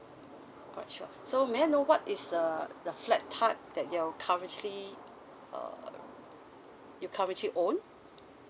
alright sure so may I know what is err the flat type that you currently err you currently own